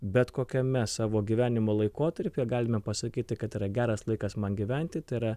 bet kokiame savo gyvenimo laikotarpyje galime pasakyti kad yra geras laikas man gyventi tai yra